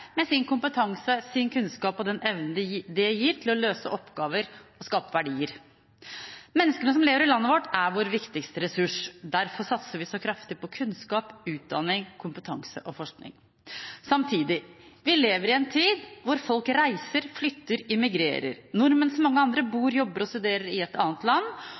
med sin kompetanse, sin kunnskap og den evnen det gir til å løse oppgaver og skape verdier. Menneskene som lever i landet vårt, er vår viktigste ressurs. Derfor satser vi så kraftig på kunnskap, utdanning, kompetanse og forskning. Samtidig: Vi lever i en tid hvor folk reiser, flytter og immigrerer. Nordmenn, som mange andre, bor, jobber og studerer i et annet land.